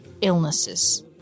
illnesses